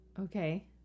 okay